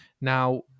Now